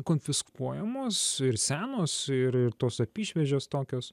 konfiskuojamos ir senos ir ir tos apyšviežės tokios